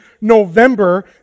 November